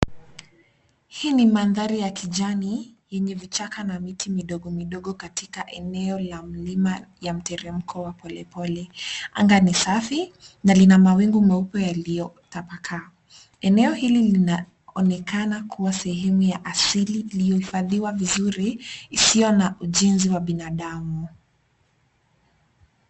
Hii ni mandhari ya kijani yenye vichaka na miti midogo midogo katika eneo ya mlima ya mteremko wa polepole. Anga ni safi na mawingu meupe yaliyotapakaa. Eneo hili linaonekana kuwa sehemu ya asili iliyohifadhiwa vizuri, isiyo na ujinsi wa binadamu.